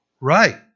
Right